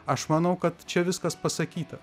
aš manau kad čia viskas pasakyta